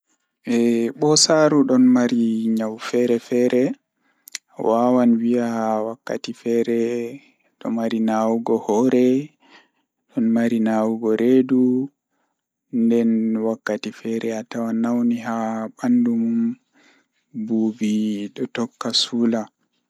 Woofnde waawi waɗde e ɗuuɗe heddorde ngal e hoore rewɓe. Kala rewɓe waawi waɗde e njangoɗe, umbaande ɗuuɗe, njiporde e ɗamɗe rewɓe, rewɓe ngal e woɗɓe. Haa, njangoɗe nguurndam rewɓe e ɗamɗe ngal, rewɓe ko waɗii rewɓe ngal.